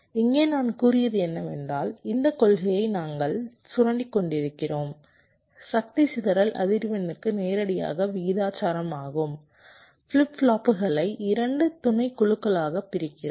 இங்கே நான் கூறியது என்னவென்றால் இந்த கொள்கையை நாங்கள் சுரண்டிக் கொண்டிருக்கிறோம் சக்தி சிதறல் அதிர்வெண்ணுக்கு நேரடியாக விகிதாசாரமாகும் ஃபிளிப் ஃப்ளாப்புகளை 2 துணைக்குழுக்களாகப் பிரிக்கிறோம்